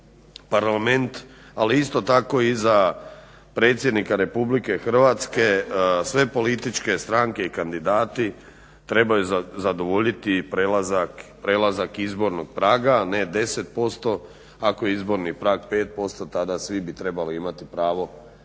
parlament, ali isto tako i za predsjednika Republike Hrvatske sve političke stranke i kandidati trebaju zadovoljiti prelazak izbornog praga ne 10%, ako je izborni prag 5% tada svi bi trebali imati pravo